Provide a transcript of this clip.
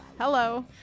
hello